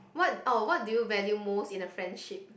what oh what do you value most in a friendship